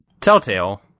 Telltale